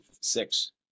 six